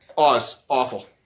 Awful